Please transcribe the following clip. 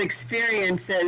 experiences